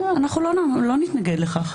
אנחנו לא נתנגד לכך.